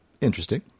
Interesting